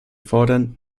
fordern